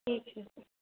ठीक है